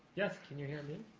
yes, can you hear me?